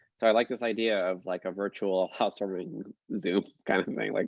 so i like this idea of like a virtual housewarming zoom kind of of thing. like